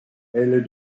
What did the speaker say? elle